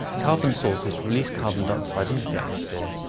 carbon sources release carbon dioxide into the atmosphere.